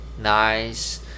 nice